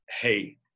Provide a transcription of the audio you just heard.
hey